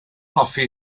hoffi